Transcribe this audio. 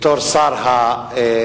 בתור שר התמ"ת,